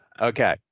Okay